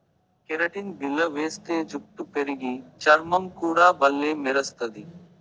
keratin బిల్ల వేస్తే జుట్టు పెరిగి, చర్మం కూడా బల్లే మెరస్తది